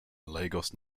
lagos